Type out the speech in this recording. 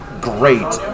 great